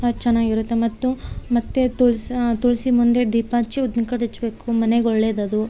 ಅದು ಚೆನ್ನಾಗಿರುತ್ತೆ ಮತ್ತು ಮತ್ತು ತುಳ್ಸಿ ತುಳಿಸಿ ಮುಂದೆ ದೀಪ ಹಚ್ಚಿ ಊದಿನ್ ಕಡ್ಡಿ ಹಚ್ಬೇಕು ಮನೆಗೆ ಒಳ್ಳೆದದು